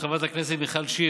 של חברת הכנסת מיכל שיר.